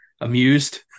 amused